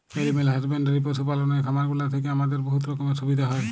animal husbandry পশু পাললের খামারগুলা থ্যাইকে আমাদের বহুত রকমের সুবিধা হ্যয়